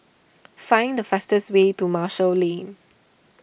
find the fastest way to Marshall Lane